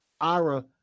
Ira